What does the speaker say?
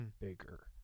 Bigger